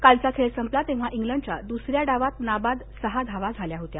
कालचा खेळ संपला तेव्हा इंग्लंडच्या द्सऱ्या डावात नाबाद सहा धावा झाल्या होत्या